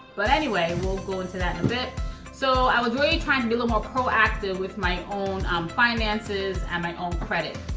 but anyway, we'll go into that in a bit. so i was really trying to be little more proactive with my own um finances and my own credit.